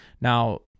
Now